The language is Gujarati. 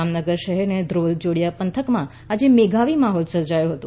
જામનગર શહેર અને ધ્રોલ જોડીયા પંથકમાં આજે મેધાવી માહોલ સર્જાયો હતો